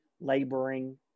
laboring